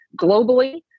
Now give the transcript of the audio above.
globally